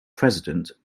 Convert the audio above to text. president